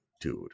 dude